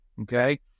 Okay